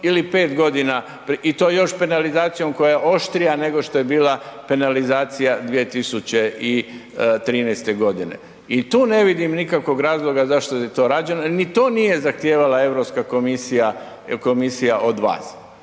ili 5 godina i to još penalizacijom koja je oštrija nego što je bila penalizacija 2013. godine. I tu ne vidim nikakvog razloga zašto je to rađeno jer ni to nije zahtijevala EU komisija od vas.